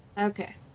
Okay